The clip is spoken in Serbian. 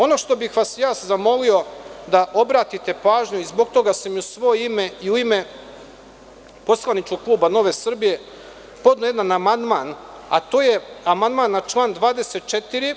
Ono što bih vas zamolio da obratite pažnju i zbog toga sam u svoje ime i u ime poslaničkog kluba NS podneo jedan amandman, a to je amandman na član 24.